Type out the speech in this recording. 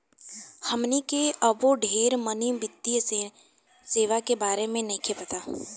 हमनी के अबो ढेर मनी वित्तीय सेवा के बारे में नइखे पता